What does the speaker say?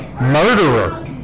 murderer